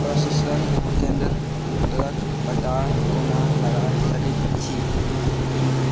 प्रशिक्षण केंद्र दरक पता कोना लगा सकैत छी ए